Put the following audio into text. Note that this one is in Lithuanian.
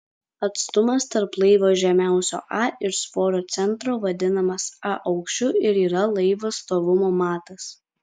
atstumas tarp laivo žemiausio a ir svorio centro vadinamas a aukščiu ir yra laivo stovumo matas